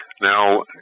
Now